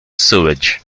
sewage